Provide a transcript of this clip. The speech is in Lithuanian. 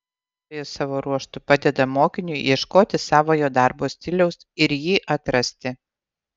mokytojas savo ruožtu padeda mokiniui ieškoti savojo darbo stiliaus ir jį atrasti